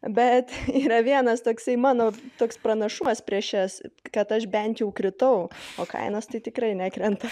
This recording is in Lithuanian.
bet yra vienas toksai mano toks pranašumas prieš jas kad aš bent jau kritau o kainos tai tikrai nekrenta